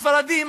ספרדים,